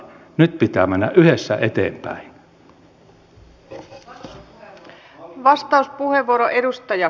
nyt pitää mennä yhdessä eteenpäin